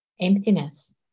emptiness